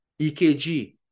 EKG